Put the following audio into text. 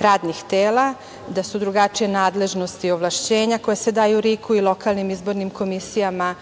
radnih tela, da su drugačije nadležnosti, ovlašćenja koja se daju RIK-u i ostalim izbornim komisijama.